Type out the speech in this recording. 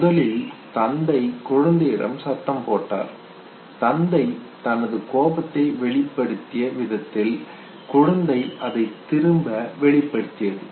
முதலில் தந்தை குழந்தையிடம் சத்தம் போட்டார் தந்தை தனது கோபத்தை வெளிப்படுத்திய விதத்தில் குழந்தை அதைத் திருப்பித் வெளிப்படுத்தியது